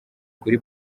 kuri